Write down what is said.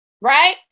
Right